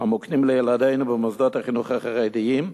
המוקנים לילדינו במוסדות החינוך החרדיים.